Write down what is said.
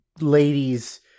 ladies